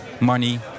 money